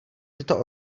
tyto